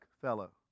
fellow